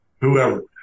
whoever